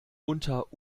unter